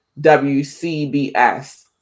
WCBS